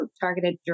targeted